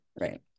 right